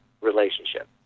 relationship